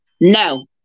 No